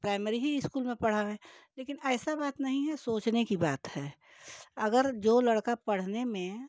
primary ही school में पढ़ावें लेकिन ऐसा बात नहीं है सोचने की बात है अगर जो लड़का पढ़ने में